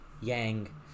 Yang